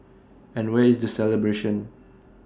and where is the celebration